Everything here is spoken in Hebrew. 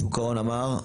שוק ההון אמר,